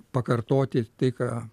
pakartoti tai ką